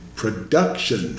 production